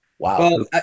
Wow